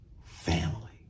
family